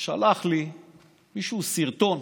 שלח לי מישהו סרטון,